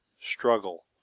struggle